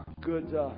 good